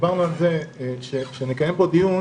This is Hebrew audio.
דיברנו על זה שנקיים פה דיון